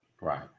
right